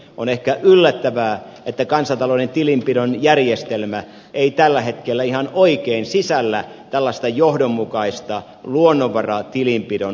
on ehkä yllättävää että kansantalouden tilinpidon järjestelmä ei tällä hetkellä ihan oikein sisällä tällaista johdonmukaista luonnonvaratilinpidon osiota